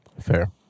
Fair